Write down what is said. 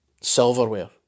silverware